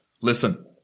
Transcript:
Listen